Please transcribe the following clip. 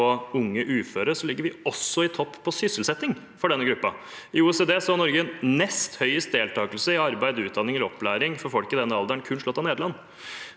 på unge uføre, ligger vi også i toppen på sysselsetting for denne gruppen. I OECD har Norge nest høyest deltakelse i arbeid, utdanning eller opplæring for folk i denne alderen, kun slått av Nederland.